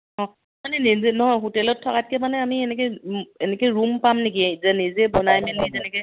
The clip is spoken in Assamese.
অঁ মানে নিজে নহয় হোটেলত থকাতকৈ মানে আমি এনেকৈ এনেকৈ ৰুম পাম নেকি যে নিজে বনাই মেলি যেনেকৈ